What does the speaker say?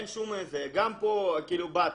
גם פה באת.